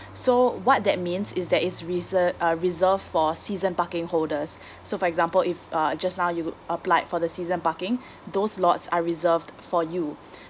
so what that means is that it's reser~ uh reserved for season parking holders so for example if uh just now you applied for the season parking those lots are reserved for you